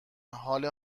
حال